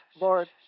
Lord